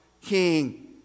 king